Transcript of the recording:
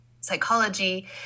psychology